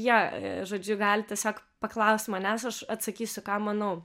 jie žodžiu gali tiesiog paklaust manęs aš atsakysiu ką manau